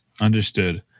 Understood